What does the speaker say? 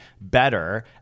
better